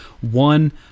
One